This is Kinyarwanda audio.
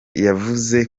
yavuze